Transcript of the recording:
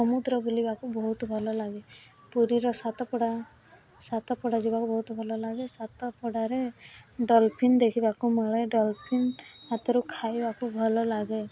ସମୁଦ୍ର ବୁଲିବାକୁ ବହୁତ ଭଲ ଲାଗେ ପୁରୀର ସାତପଡ଼ା ସାତପଡ଼ା ଯିବାକୁ ବହୁତ ଭଲ ଲାଗେ ସାତପଡ଼ାରେ ଡଲଫିନ ଦେଖିବାକୁ ମିଳେ ଡଲଫିନ ହାତରୁ ଖାଇବାକୁ ଭଲ ଲାଗେ